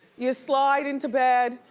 you slide into bed,